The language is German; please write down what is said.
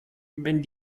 wenn